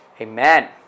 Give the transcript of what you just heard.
amen